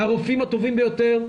הרופאים הטובים ביותר,